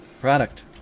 Product